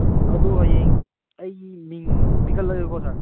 ꯑꯗꯨ ꯍꯌꯦꯡ ꯑꯩ ꯃꯤꯡ ꯄꯤꯈꯠꯂꯒꯦꯀꯣ ꯁꯥꯔ